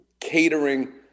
catering